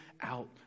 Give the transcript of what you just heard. out